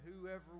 whoever